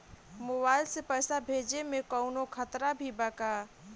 Mobile से पैसा भेजे मे कौनों खतरा भी बा का?